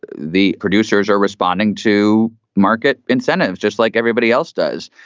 the producers are responding to market incentives just like everybody else does.